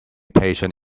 patient